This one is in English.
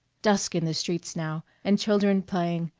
dusk in the streets now, and children playing,